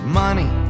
money